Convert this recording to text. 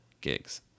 gigs